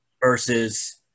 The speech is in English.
versus